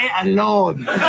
alone